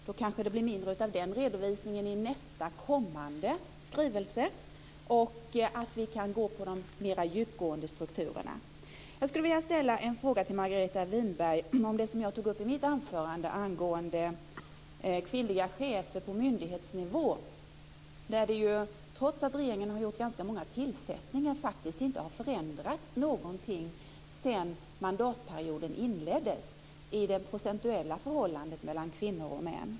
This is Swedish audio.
Då kanske det blir mindre av den redovisningen i nästkommande skrivelse och vi kan gå mer på de djupgående strukturerna. Jag skulle vilja ställa en fråga till Margareta Winberg om det som jag tog upp i mitt anförande angående kvinnliga chefer på myndighetsnivå. Trots att regeringen har gjort ganska många tillsättningar har faktiskt ingenting förändrats sedan mandatperioden inleddes i det procentuella förhållandet mellan kvinnor och män.